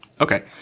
okay